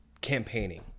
campaigning